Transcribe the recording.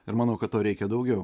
ir manau kad to reikia daugiau